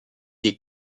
est